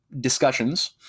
discussions